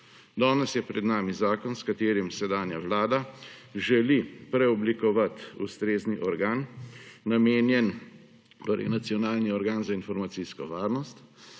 Danes je pred nami zakon s katerim sedanja vlada želi preoblikovati ustrezen organ, namenjen, torej nacionalni organ za informacijsko varnost,